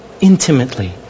intimately